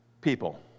people